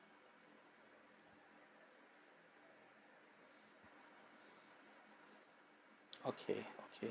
okay okay